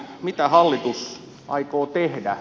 mitä hallitus aikoo tehdä